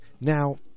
Now